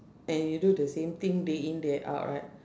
and you do the same thing day in day out right